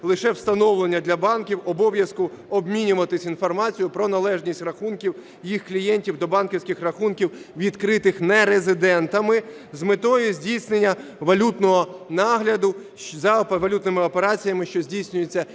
лише встановлення для банків обов'язку обмінюватися інформацією про належність рахунків їх клієнтів до банківських рахунків, відкритих нерезидентами, з метою здійснення валютного нагляду за валютними операціями, що здійснюються